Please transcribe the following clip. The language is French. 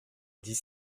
dix